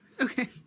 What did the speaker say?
Okay